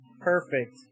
perfect